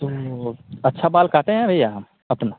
तो अच्छा बाल काटे हैं भैया अपना